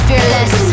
Fearless